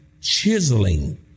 chiseling